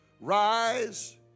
rise